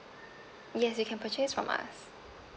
yes you can purchase from us